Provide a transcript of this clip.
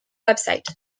website